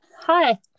Hi